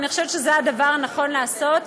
אני חושבת שזה הדבר הנכון לעשות.